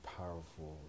powerful